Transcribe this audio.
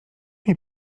mnie